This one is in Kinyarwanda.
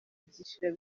byiciro